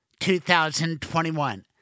2021